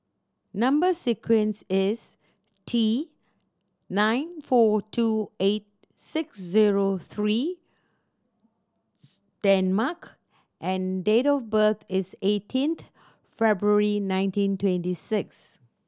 number sequence is T nine four two eight six zero three Danmark and date of birth is eighteenth February nineteen twenty six